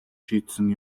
шийдсэн